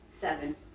Seven